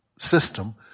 system